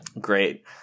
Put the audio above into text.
Great